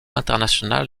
international